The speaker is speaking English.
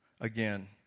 Again